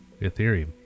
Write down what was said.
Ethereum